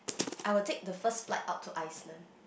I will take the first flight out to Iceland